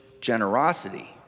generosity